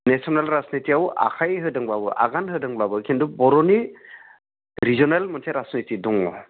national राजनितियाव आखाइ होदोंबाबो आगान होदोंब्लाबो किन्तु बर'नि रिजोनेल मोनसे राजनिति दङ